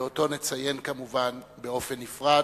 ואותו נציין, כמובן, בנפרד.